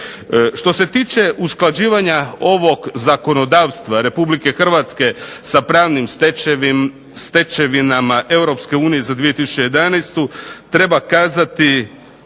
Što se tiče usklađivanja ovog zakonodavstva Republike Hrvatske sa pravnim stečevinama Europske unije za 2011. treba kazati,